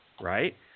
right